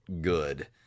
good